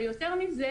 ויותר מזה,